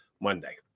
Monday